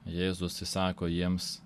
jėzus įsako jiems